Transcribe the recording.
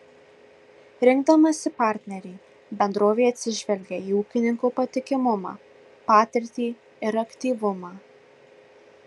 rinkdamasi partnerį bendrovė atsižvelgia į ūkininko patikimumą patirtį ir aktyvumą